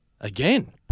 again